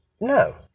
No